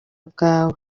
bwawe